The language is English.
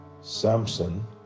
Samson